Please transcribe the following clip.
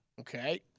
Okay